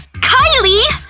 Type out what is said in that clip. kylie!